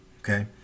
okay